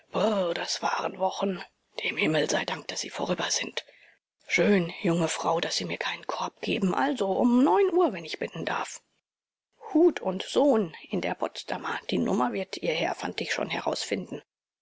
das waren wochen dem himmel sei dank daß sie vorüber sind schön junge frau daß sie mir keinen korb geben also um neun uhr wenn ich bitten darf huth und sohn in der potsdamer die nummer wird ihr herr fantig schon herausfinden